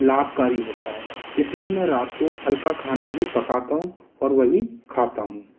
लाभकारी होता है इसलिए मैं रात को हल्का खाना ही पकाता हूँ और वही खाता हूँ